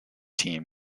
team